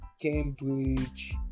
Cambridge